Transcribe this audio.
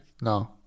No